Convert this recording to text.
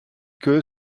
que